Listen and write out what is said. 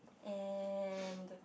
and